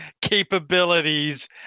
capabilities